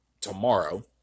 tomorrow